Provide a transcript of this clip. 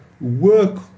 work